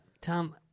Tom